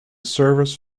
service